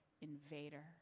invader